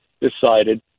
decided